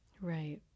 Right